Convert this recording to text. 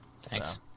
thanks